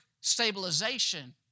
stabilization